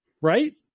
right